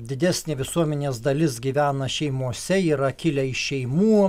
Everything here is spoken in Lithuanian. didesnė visuomenės dalis gyvena šeimose yra kilę iš šeimų